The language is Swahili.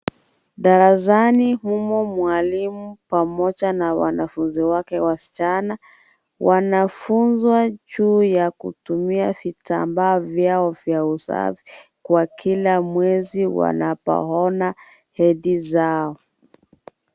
Darasani mumo mwalimu pamoja na wanafunzi wake waschana, wanafunzwa juu ya kutumia vitambaa vyao vya usafi kwa kila mwezi wanapoona hedhi zao.